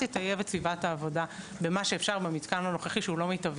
יטייב את סביבת העבודה במה שאפשר במתקן הנוכחי שהוא לא מיטבי,